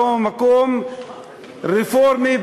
לא ממקום רפורמי,